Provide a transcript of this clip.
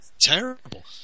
Terrible